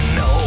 no